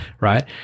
right